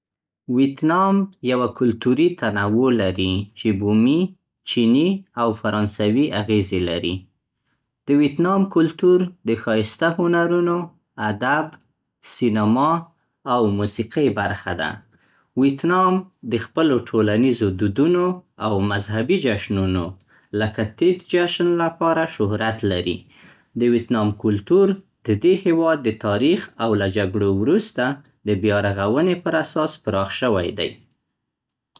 ویتنام یوه کلتوري تنوع لري چې بومي، چینی او فرانسوي اغیزې لري. د ویتنام کلتور د ښایسته هنرونو، ادب، سینما او موسیقۍ برخه ده. ویتنام د خپلو ټولنیزو دودونو او مذهبي جشنونو لکه تیت جشن لپاره شهرت لري. د ویتنام کلتور د دې هېواد د تاریخ او له جګړو وروسته د بیا رغونې پر اساس پراخ شوی دی.